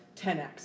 10x